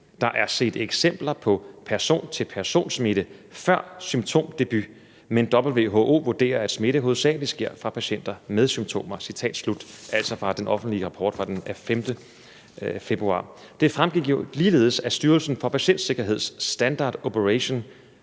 Der er set eksempler på person til person-smitte før symptomdebut, men WHO vurderer, at smitte hovedsagelig sker fra patienter med symptomer. Det er altså fra den offentlige rapport af 5. februar. Det fremgik jo ligeledes af Styrelsen for Patientsikkerheds standard operating